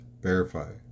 Verify